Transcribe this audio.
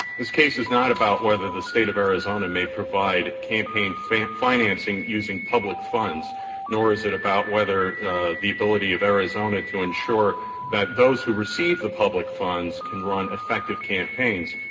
this case is not about whether the state of arizona may provide campaign financing using public funds nor is it about whether the ability of arizona to ensure that those who receive the public funds can run effective campaigns.